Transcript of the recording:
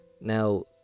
Now